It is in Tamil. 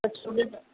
சுடிதார்